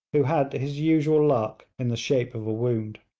who had his usual luck in the shape of a wound.